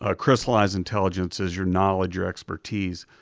ah crystallized intelligence is your knowledge, your expertise.